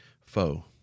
foe